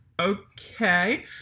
okay